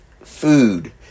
food